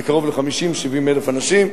זה קרוב ל-50,000 70,000 אנשים,